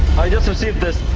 i just received this,